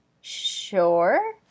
Sure